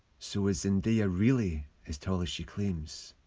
so is zendaya really as tall as she claims?